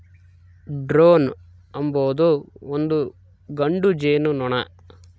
drone ಅಂಬೊದು ಒಂದು ಗಂಡು ಜೇನುನೊಣ